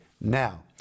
Now